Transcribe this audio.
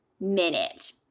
minute